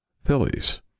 Phillies